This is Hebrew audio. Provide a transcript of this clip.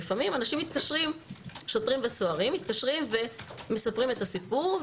לפעמים שוטרים וסוהרים מתקשרים ומספרים את הסיפור,